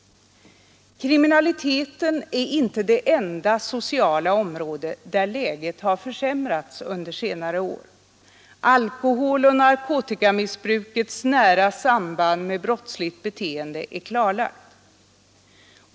Kriminaliteten är inte det enda sociala område där läget har för under senare år. Alkoholoch narkotikamissbrukets nära samband med brottsligt beteende är klarlagt.